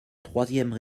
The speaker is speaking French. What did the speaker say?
troisième